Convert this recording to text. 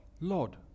Lord